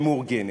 ומאורגנת.